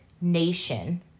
nation